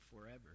forever